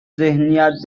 ذهنیت